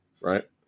right